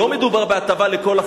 לא מדובר בהטבה לכל החיים.